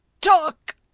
talk